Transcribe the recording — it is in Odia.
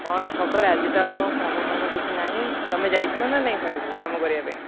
କ'ଣ ଖବର ଆଜି ତ ଆଉ କ'ଣ କାମ ଫାମ କିଛି ନାହିଁ ତୁମେ ଯାଇଥିଲ ନା ନାଇଁ ସିଆଡ଼କୁ କାମ କରିବା ପାଇଁ